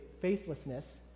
faithlessness